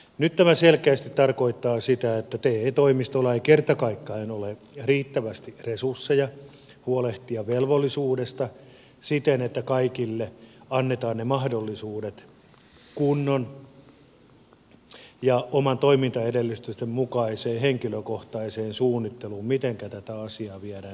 nyt tämä selkeästi tarkoittaa sitä että te toimistoilla ei kerta kaikkiaan ole riittävästi resursseja huolehtia velvollisuudesta siten että kaikille annetaan ne mahdollisuudet kunnon ja omien toimintaedellytysten mukaiseen henkilökohtaiseen suunnitteluun mitenkä tätä asiaa viedään eteenpäin